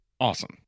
Awesome